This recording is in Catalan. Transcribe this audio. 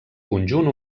conjunt